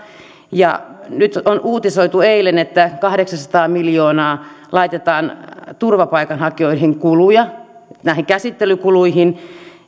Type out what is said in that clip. ja nyt on uutisoitu eilen että kahdeksansataa miljoonaa laitetaan turvapaikanhakijoihin kuluja näihin käsittelykuluihin